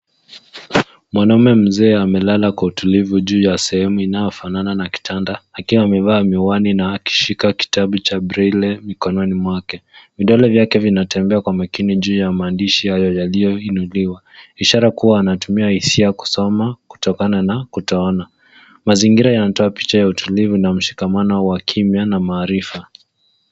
Mwanamume mzee amelala kwa utulivu juu ya sehemu inayofanana na kitanda akiwa amevaa miwani na akishika kitabu cha braille mikononi mwake. Vidole vyake vinatembea kwa makini juu ya maandishi hayo yaliyoinuliwa, ishara kuwa anatumia hisia kusoma kutokana na kutoona. Mazingira yanatoa picha ya utulivu na mshikamano wa kimya na maarifa.